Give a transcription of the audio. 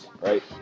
right